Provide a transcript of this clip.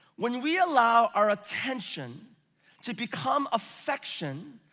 when we allow our attention to become affection,